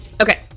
Okay